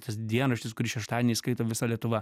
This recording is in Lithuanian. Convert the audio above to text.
tas dienraštis kurį šeštadieniais skaito visa lietuva